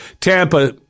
Tampa